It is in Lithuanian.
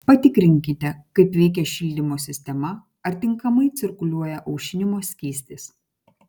patikrinkite kaip veikia šildymo sistema ar tinkamai cirkuliuoja aušinimo skystis